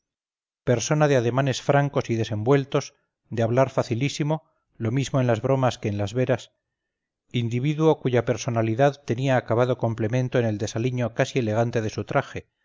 persona de ademanes francos y desenvueltos de hablar facilísimo lo mismo en las bromas que en las veras individuo cuya personalidad tenía acabado complemento en el desaliño casi elegante de su traje